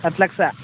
ಹತ್ತು ಲಕ್ಷ